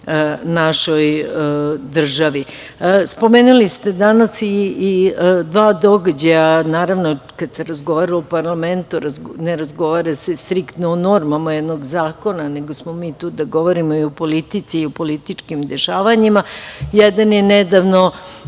našoj državi. Spomenuli ste danas i dva događaja. Naravno, kada se razgovara u parlamentu ne razgovara se striktno u normama jednog zakona, nego smo mi tu da govorimo i o politici i o političkim dešavanjima. Jedan je nedavno